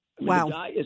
Wow